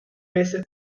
veces